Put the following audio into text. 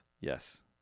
Yes